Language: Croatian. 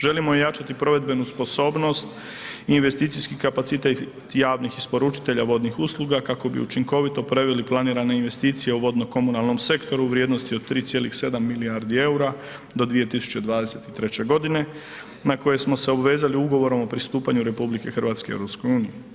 Želimo ojačati provedbenu sposobnost i investicijski kapacitet javnih isporučitelja vodnih usluga kako bi učinkovito preveli planirane investicije u vodno komunalnom sektoru u vrijednosti od 3,7 milijardi EUR-a do 2023.g. na koje smo se obvezali Ugovorom o pristupanju RH EU.